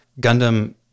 Gundam